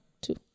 two